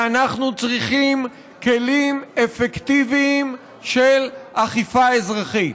ואנחנו צריכים כלים אפקטיביים של אכיפה אזרחית.